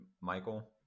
Michael